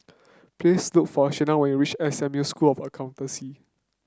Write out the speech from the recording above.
please look for Shena when you reach S M U School of Accountancy